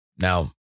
Now